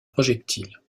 projectiles